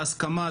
בהסכמה,